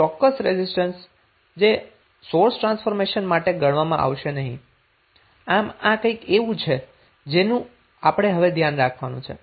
આ ચોક્કસ રેઝિસ્ટન્સ કે જે સોર્સ ટ્રાન્સફોર્મેશન માટે ગણવામાં આવશે નહીં આમ આ કંઈક એવું છે જેનું આપણે હવે ધ્યાન રાખવાનું છે